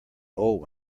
old